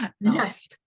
yes